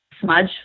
smudge